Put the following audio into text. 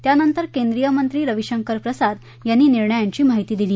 त्यानंतर केंद्रीय मंत्री रविशंकर प्रसाद यांनी निर्णयांची माहिती दिली